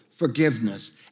forgiveness